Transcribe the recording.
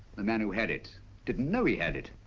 the man who had it didn't know he had it.